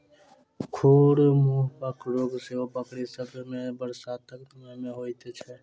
खुर मुँहपक रोग सेहो बकरी सभ मे बरसातक समय मे होइत छै